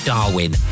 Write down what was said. Darwin